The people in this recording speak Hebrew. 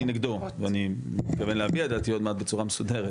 אני נגדו ואני מתכוון להביע את דעתי עוד מעט בצורה מסודרת,